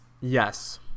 yes